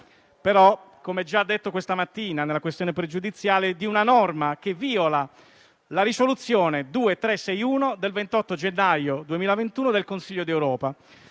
però, come già detto questa mattina nella discussione sulla questione pregiudiziale, di una norma che viola la risoluzione n. 2361 del 28 gennaio 2021 del Consiglio d'Europa,